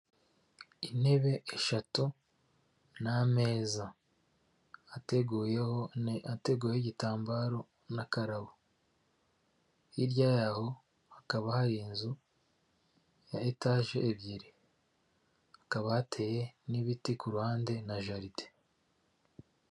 Intebe eshatu n'ameza ateguyeho ateguyeho igitambaro n'akarabo hirya yaho hakaba hari inzu ya etage ebyiri hakaba hateye n'ibiti ku ruhande na jaride.